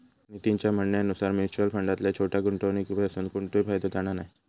नितीनच्या म्हणण्यानुसार मुच्युअल फंडातल्या छोट्या गुंवणुकीपासून कोणतोय फायदो जाणा नाय